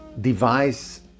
device